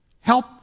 Help